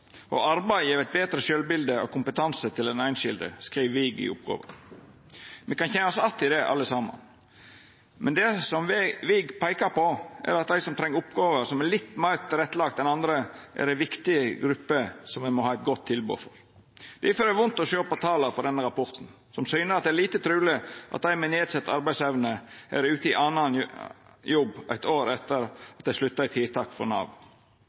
Og arbeid gjev eit betre sjølvbilete og meir kompetanse til den einskilde, skriv Wiig i oppgåva. Me kan kjenna oss att i det, alle saman. Men det Wiig peikar på, er at dei som treng oppgåver som er litt meir lagde til rette enn andre, er ei viktig gruppe som me må ha eit godt tilbod for. Difor er det vondt å sjå på tala frå denne rapporten, som syner at det er lite truleg at dei med nedsett arbeidsevne er ute i annan jobb eitt år etter at dei slutta i tiltak frå Nav.